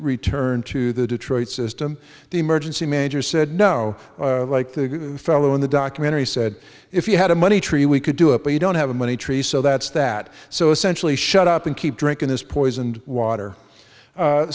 return to the detroit system the emergency manager said no like the fellow in the documentary said if you had a money tree we could do it but you don't have a money tree so that's that so essentially shut up and keep drinking this poisoned water